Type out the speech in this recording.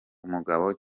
umugabo